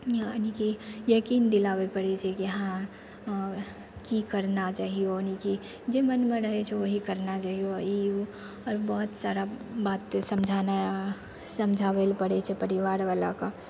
यानी की यकीन दिलाबै पड़ै छै कि हँ की करना चाही ओ नहि कि जे मोनमे रहै छै वएह करना चाही ई ओ आओर बहुत सारा बात समझाना समझाबैलए पड़ै छै परिवारवलाके